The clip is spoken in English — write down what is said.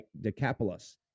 decapolis